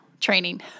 training